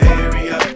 area